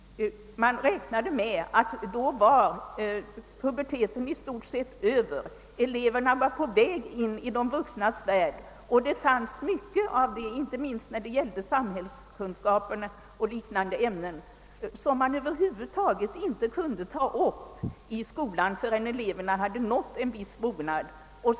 Man räknade nämligen med att puberteten då i stort sett skulle vara över. Eleverna skulle vara på väg in i de vuxnas värld. Det är över huvud taget inte möjligt att ta upp en hel del angeläget stoff, t.ex. inom samhällskunskapen, förrän eleverna nått en viss mognad.